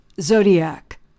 Zodiac